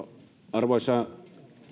arvoisa